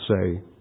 say